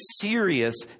serious